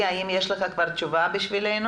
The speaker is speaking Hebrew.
האם יש לך תשובה בשבילנו?